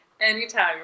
Anytime